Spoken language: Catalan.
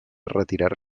retirar